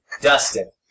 Dustin